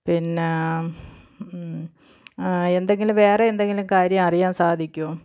പിന്നാം ആ എന്തെങ്കിലും വേറെ എന്തെങ്കിലും കാര്യം അറിയാൻ സാധിക്കുമോ